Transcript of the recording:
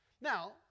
Now